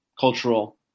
cultural